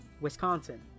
Wisconsin